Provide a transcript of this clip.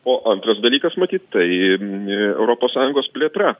o antras dalykas matyt tai europos sąjungos plėtra